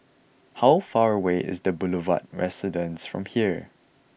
how far away is The Boulevard Residence from here